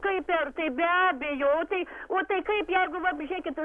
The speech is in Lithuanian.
kaip ir taip be abejo o tai o tai kaip jeigu va pažiūrėkit